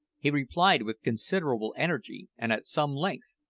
he replied with considerable energy and at some length.